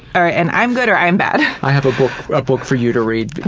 or, and i'm good or i'm bad. i have a book for you to read.